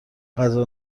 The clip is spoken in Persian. غذا